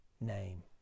name